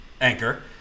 anchor—